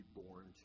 born